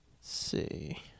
see